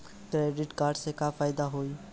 Debit card से का फायदा होई?